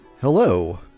Hello